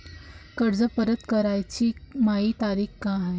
कर्ज परत कराची मायी तारीख का हाय?